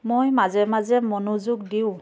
মই মাজে মাজে মনোযোগ দিওঁ